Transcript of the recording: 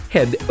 Head